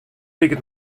liket